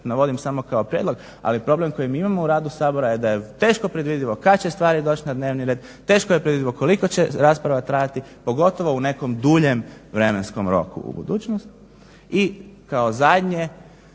navodim samo kao prijedlog ali problem koji mi imamo u radu Sabora je da je teško predvidivo kad će stvari doći na dnevni red, teško je predvidivo koliko će rasprava trajati pogotovo u nekom duljem vremenskom roku. I kao zadnje,